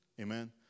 amen